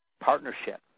partnership